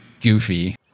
goofy